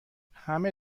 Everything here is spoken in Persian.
همه